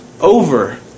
over